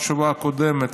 כמו בתשובה הקודמת,